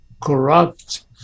corrupt